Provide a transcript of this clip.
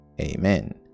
Amen